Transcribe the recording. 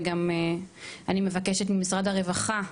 וגם אני מבקשת ממשרד הרווחה.